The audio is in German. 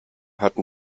hatten